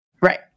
Right